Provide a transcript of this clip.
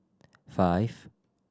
five